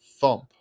thump